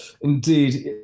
indeed